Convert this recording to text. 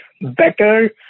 better